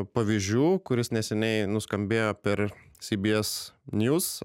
pavyzdžių kuris neseniai nuskambėjo per sybyes njus